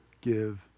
give